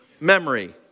memory